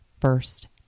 first